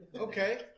Okay